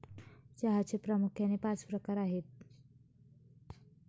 चहाचे प्रामुख्याने पाच प्रकार आहेत